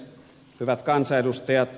hyvät kansanedustajat